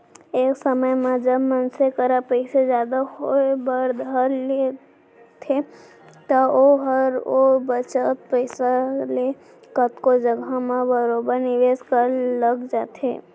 एक समे म जब मनसे करा पइसा जादा होय बर धर लेथे त ओहर ओ बचत पइसा ले कतको जघा म बरोबर निवेस करे लग जाथे